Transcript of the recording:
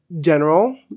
general